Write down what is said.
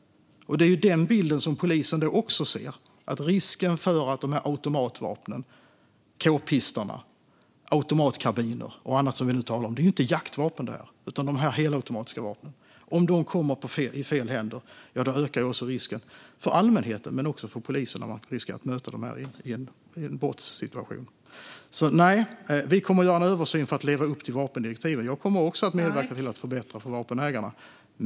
Det är det polisen också ser. Kommer dessa helautomatiska vapen, kpistar, automatkarbiner och annat, i fel händer ökar risken för såväl allmänhet som polis. Vi kommer att göra en översyn för att leva upp till vapendirektivet, och jag kommer att medverka till att förbättra för vapenägare.